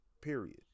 period